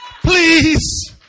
Please